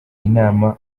inama